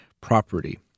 property